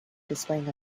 displaying